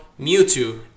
Mewtwo